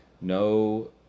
no